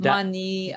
Money